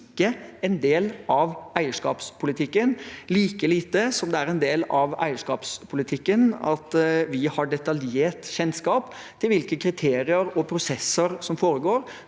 ikke en del av eierskapspolitikken, like lite som det er en del av eierskapspolitikken at vi har detaljert kjennskap til hvilke kriterier og prosesser som foregår